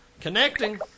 Connecting